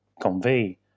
convey